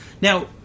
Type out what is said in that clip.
Now